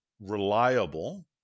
reliable